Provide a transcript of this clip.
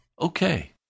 okay